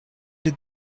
did